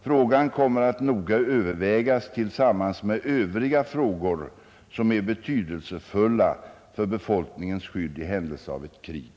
Frågan kommer att noga övervägas tillsammans med övriga frågor som är betydelsefulla för befolkningens skydd i händelse av ett krig.